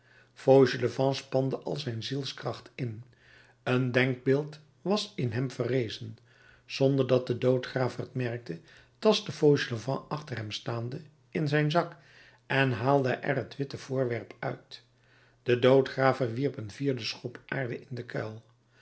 fauchelevent spande al zijn zienskracht in een denkbeeld was in hem verrezen zonder dat de doodgraver het merkte tastte fauchelevent achter hem staande in zijn zak en haalde er het witte voorwerp uit de doodgraver wierp een vierden schop aarde in den kuil